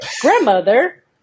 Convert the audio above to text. grandmother